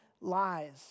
lies